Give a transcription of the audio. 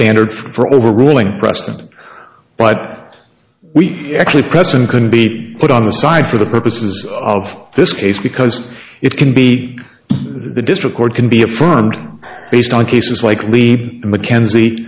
standard for overruling preston but we actually present can be put on the side for the purposes of this case because it can be the district court can be affirmed based on cases likely mckenzie